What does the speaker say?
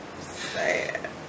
Sad